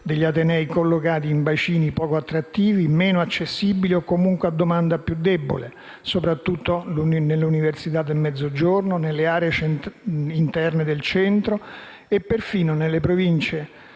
degli atenei collocati in bacini poco attrattivi, meno accessibili o, comunque, a domanda più debole, soprattutto nelle università del Mezzogiorno, nelle aree interne del Centro e perfino in alcune Province